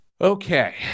Okay